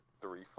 three